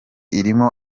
irimo